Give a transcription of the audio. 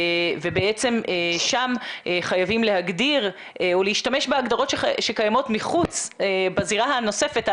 ובעצם שם חייבים להשתמש בהגדרות שקיימות בזירה הנוספת,